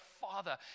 father